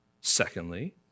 Secondly